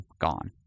gone